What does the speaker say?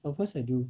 of course I do